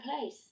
place